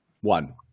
One